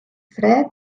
fre